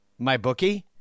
MyBookie